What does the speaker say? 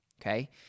Okay